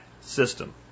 system